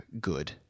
good